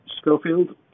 Schofield